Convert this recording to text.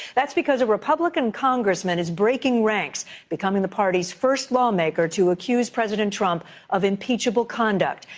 that's because a republican congressman is breaking ranks becoming the party's first lawmaker to accuse president trump of impeachable conduct.